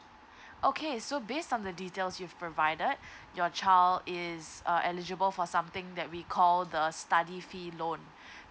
okay so based on the details you've provided your child is uh eligible for something that we called the study fee loan